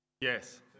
Yes